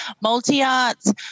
multi-arts